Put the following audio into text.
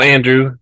Andrew